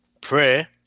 prayer